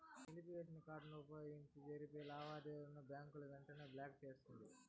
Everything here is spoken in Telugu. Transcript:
నిలిపివేసిన కార్డుని వుపయోగించి జరిపే లావాదేవీలని బ్యాంకు వెంటనే బ్లాకు చేస్తుంది